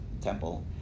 temple